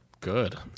Good